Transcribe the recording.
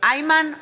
איימן עודה,